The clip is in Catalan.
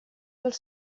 dels